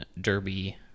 derby